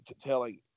telling